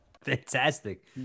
Fantastic